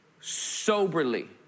soberly